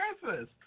Christmas